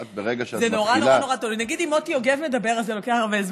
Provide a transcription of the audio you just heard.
רק ברגע שאת מתחילה.